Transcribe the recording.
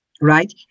right